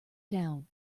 down